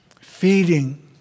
feeding